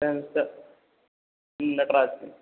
pencil Nataraj की